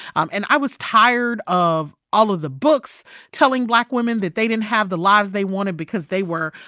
um and i was tired of all of the books telling black women that they didn't have the lives they wanted because they were,